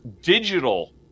digital